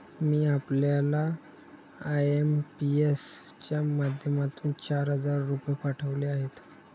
मी आपल्याला आय.एम.पी.एस च्या माध्यमातून चार हजार रुपये पाठवले आहेत